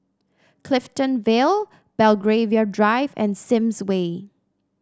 Clifton Vale Belgravia Drive and Sims Way